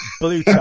blue